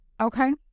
Okay